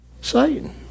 Satan